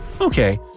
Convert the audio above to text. Okay